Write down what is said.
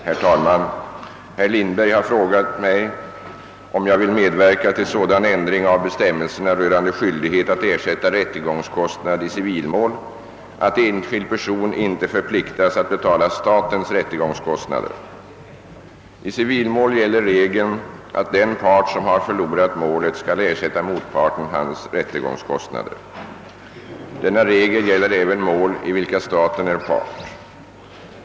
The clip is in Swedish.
Herr talman! Herr Lindberg har frågat om jag vill medverka till sådan ändring av bestämmelserna rörande skyldighet att ersätta rättegångskostnad i civilmål, att enskild person inte förpliktas att betala statens rättegångskostnader. I civilmål gäller regeln att den part som har förlorat målet skall ersätta motparten hans rättegångskostnad. Denna regel gäller även mål, i vilka staten är part.